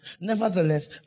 nevertheless